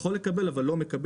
יכול לקבל אבל לא מקבל.